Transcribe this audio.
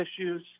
issues